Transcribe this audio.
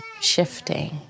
shifting